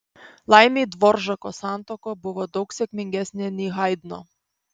laimei dvoržako santuoka buvo daug sėkmingesnė nei haidno